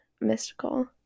mystical